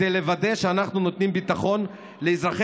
כדי לוודא שאנחנו נותנים ביטחון לאזרחי